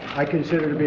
i consider it to be